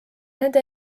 nende